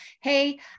Hey